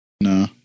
No